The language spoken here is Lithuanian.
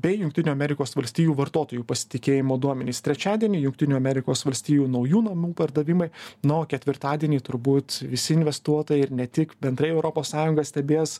bei jungtinių amerikos valstijų vartotojų pasitikėjimo duomenys trečiadienį jungtinių amerikos valstijų naujų namų pardavimai na o ketvirtadienį turbūt visi investuotojai ir ne tik bendrai europos sąjunga stebės